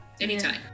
anytime